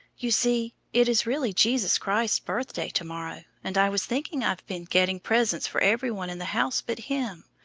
you see it is really jesus christ's birthday to-morrow, and i was thinking i've been getting presents for every one in the house but him.